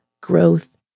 growth